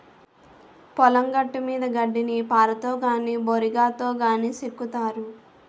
పొలం గట్టుమీద గడ్డిని పారతో గాని బోరిగాతో గాని సెక్కుతారు